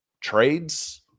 trades